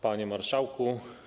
Panie Marszałku!